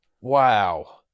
Wow